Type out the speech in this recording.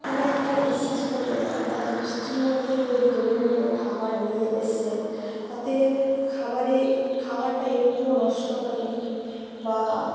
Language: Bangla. মানে আপনারা বিশ্বাস করবেন না এত বৃষ্টির মধ্যে যে ডেলিভারি বয় খাবার নিয়ে এসছেন তাতে খাবারে খাবারটা একটুও নষ্ট হয়নি বা